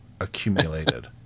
accumulated